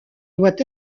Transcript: doit